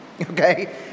Okay